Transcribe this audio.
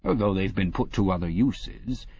ah though they've been put to other uses.